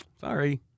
sorry